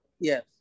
Yes